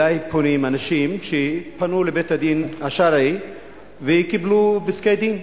אלי פונים אנשים שפנו לבית-הדין השרעי וקיבלו פסקי-דין,